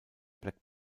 black